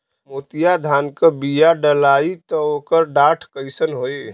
मोतिया धान क बिया डलाईत ओकर डाठ कइसन होइ?